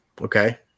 Okay